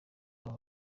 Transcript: aba